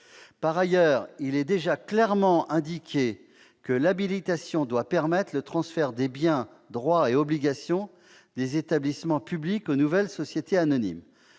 Par ailleurs, il est déjà clairement indiqué que l'habilitation doit permettre le transfert des biens, droits et obligations des établissements publics aux nouvelles sociétés anonymes.